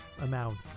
amount